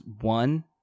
one